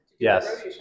Yes